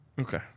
Okay